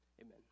Amen